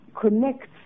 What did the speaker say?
connects